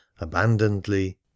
abandonedly